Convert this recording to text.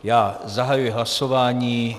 Já zahajuji hlasování.